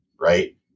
right